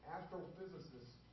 Astrophysicists